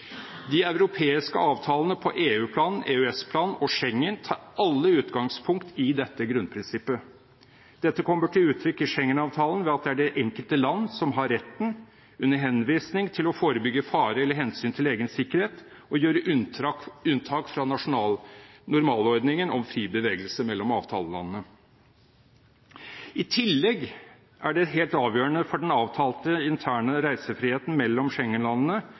De europeiske avtalene på EU-plan, EØS-plan og Schengen tar alle utgangspunkt i dette grunnprinsippet. Dette kommer til uttrykk i Schengen-avtalen ved at det er det enkelte land som har retten til under henvisning å forebygge fare eller hensyn til egen sikkerhet ved å gjøre unntak fra normalordningen om fri bevegelse mellom avtalelandene. I tillegg er det helt avgjørende for den avtalte interne reisefriheten mellom